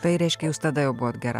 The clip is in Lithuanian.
tai reiškia jūs tada jau buvot gera